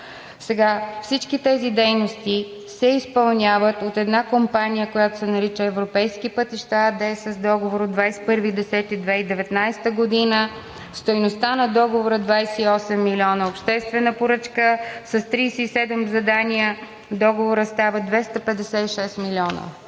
Всички тези дейности се изпълняват от една компания, която се нарича „Европейски пътища“ АД с договор от 21 октомври 2019 г. Стойността на договора е 28 милиона – обществена поръчка, с 37 задания договорът става 256 милиона.